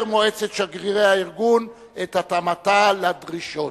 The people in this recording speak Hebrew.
מועצת שגרירי הארגון את התאמתה לדרישות.